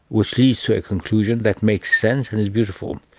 which leads to a conclusion that makes sense and is beautiful.